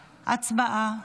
הצבעה.